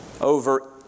over